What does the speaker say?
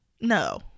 No